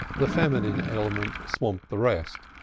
the feminine element swamped the rest,